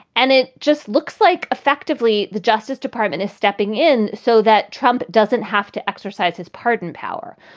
and it just looks like effectively the justice department is stepping in so that trump doesn't have to exercise his pardon power.